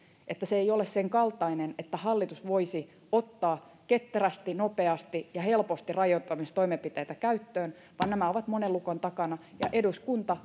että se ei ole senkaltainen että hallitus voisi ottaa ketterästi nopeasti ja helposti rajoittamistoimenpiteitä käyttöön vaan nämä ovat monen lukon takana ja eduskunta